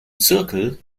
zirkel